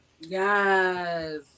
yes